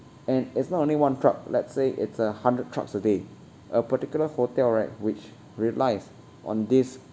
and it's not only one truck let's say it's a hundred trucks a day a particular hotel right which relies on this